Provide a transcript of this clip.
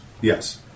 Yes